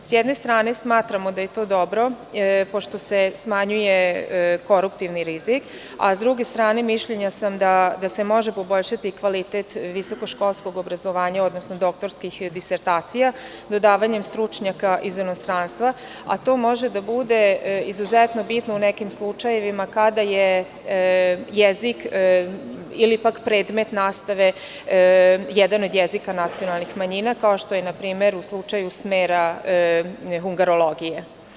S jedne strane, smatramo da je to dobro pošto se smanjuje koruptivni rizik, a sa druge strane, mišljenja sam da se može poboljšati kvalitet visokoškolskog obrazovanja, odnosno doktorskih disertacija dodavanjem stručnjaka iz inostranstva, a to može da bude izuzetno bitno u nekim slučajevima kada je jezik ili pak predmet nastave jedan od jezika nacionalnih manjina, kao što je na primer u slučaju smera hungarologije.